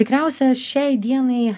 tikriausia šiai dienai